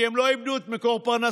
כי הם לא איבדו את מקור פרנסתם,